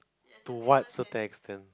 to what certain extent